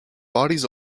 bodies